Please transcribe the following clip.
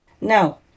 Now